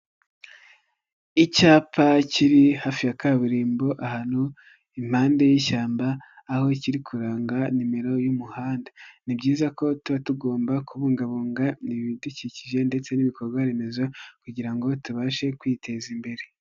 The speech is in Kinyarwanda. Icyapa kiri hafi ya kaburimbo ahantu impande y'ishyamba aho ikiri kuranga nimero y'umuhanda. Ni byiza ko tuba tugomba kubungabunga ibidukikije ndetse n'ibikorwaremezo kugira ngo tubashe kwiteza imbere.